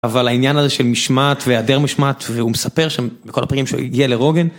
אבל העניין הזה של משמעת והיעדר משמעת, והוא מספר שם בכל הפרקים שהוא הגיע לרוגן